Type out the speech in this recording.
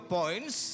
points